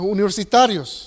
Universitarios